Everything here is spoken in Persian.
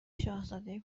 شاهزاده